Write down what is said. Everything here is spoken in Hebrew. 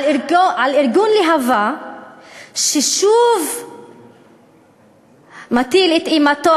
על ארגון להב"ה ששוב מטיל את אימתו